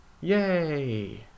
Yay